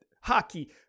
hockey